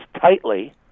tightly